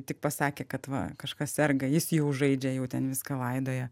tik pasakė kad va kažkas serga jis jau žaidžia jau ten viską laidoja